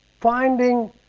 finding